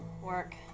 work